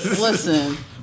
Listen